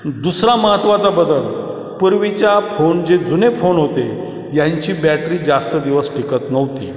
दुसरा महत्त्वाचा बदल पूर्वीच्या फोन जे जुने फोन होते यांची बॅटरी जास्त दिवस टिकत नव्हती